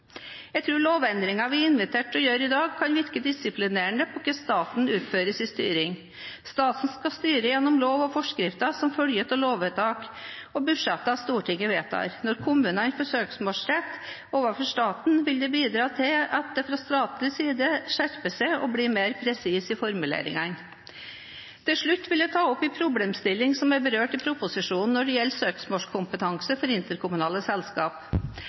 Jeg tror lovendringene vi er invitert til å gjøre i dag, kan virke disiplinerende på hvordan staten utfører sin styring. Staten skal styre gjennom lov og forskrifter som følger av lovvedtakene og budsjettene Stortinget vedtar. Når kommunene får søksmålsrett overfor staten, vil det bidra til at en fra statlig side skjerper seg og blir mer presise i formuleringen. Til slutt vil jeg få ta opp en problemstilling som er berørt i proposisjonen når det gjelder søksmålskompetanse fra interkommunale selskap.